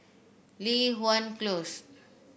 Li Hwan Close